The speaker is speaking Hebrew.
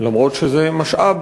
אף-על-פי שזה משאב,